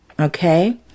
Okay